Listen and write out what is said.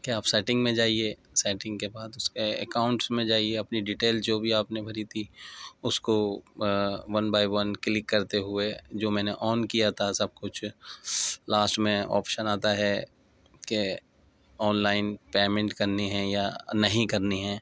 کہ آپ سیٹنگ میں جائیے سیٹنگ کے بعد اس کے اکاؤنٹس میں جائیے اپنی ڈیٹیل جو بھی آپ نے بھری تھی اس کو ون بائی ون کلک کرتے ہوئے جو میں نے آن کیا تھا سب کچھ لاسٹ میں آپشن آتا ہے کہ آن لائن پیمنٹ کرنی ہے یا نہیں کرنی ہے